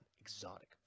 exotic